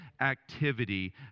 activity